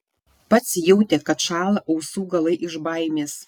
pats jautė kad šąla ausų galai iš baimės